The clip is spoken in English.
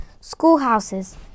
Schoolhouses